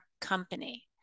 company